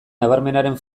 nabarmenaren